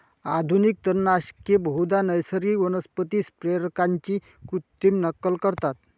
आधुनिक तणनाशके बहुधा नैसर्गिक वनस्पती संप्रेरकांची कृत्रिम नक्कल करतात